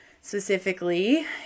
specifically